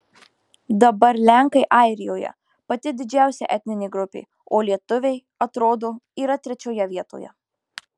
dabar lenkai airijoje pati didžiausia etninė grupė o lietuviai atrodo yra trečioje vietoje